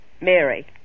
Mary